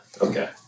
Okay